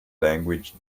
language